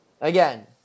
Again